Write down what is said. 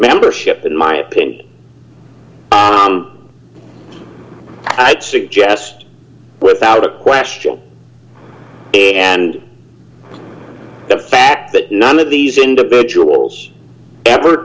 membership in my opinion i'd suggest without a question and the fact that none of these individuals ever